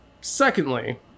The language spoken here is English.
Secondly